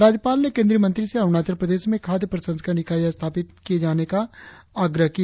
राज्यपाल ने केंद्रीय मंत्री से अरुणाचल प्रदेश में खाद्य प्रसंस्करण इकाई स्थापित किए जाने का आग्रह किया